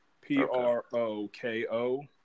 P-R-O-K-O